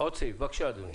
בבקשה, אדוני.